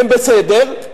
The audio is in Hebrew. הם בסדר,